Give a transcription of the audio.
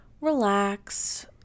relax